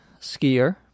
skier